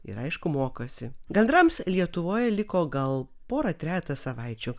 ir aišku mokosi gandrams lietuvoje liko gal porą trejetą savaičių